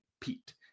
Pete